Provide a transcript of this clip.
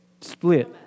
Split